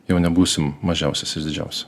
jau nebūsim mažiausias iš didžiausių